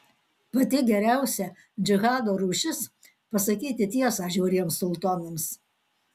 pati geriausia džihado rūšis pasakyti tiesą žiauriems sultonams